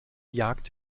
jagd